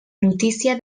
notícia